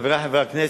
חברי חברי הכנסת,